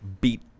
Beat